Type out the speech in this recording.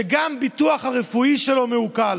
שגם הביטוח הרפואי שלו מעוקל.